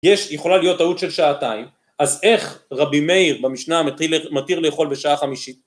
יש, יכולה להיות, טעות של שעתיים, אז איך רבי מאיר במשנה מתיר ל.. מתיר לאכול בשעה חמישית?